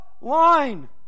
line